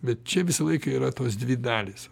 bet čia visą laiką yra tos dvi dalys